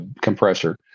compressor